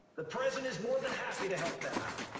the president is more than happy to help them out.